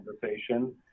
conversation